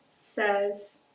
says